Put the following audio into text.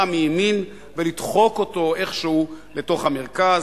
מימין ולדחוק אותו איכשהו לתוך המרכז,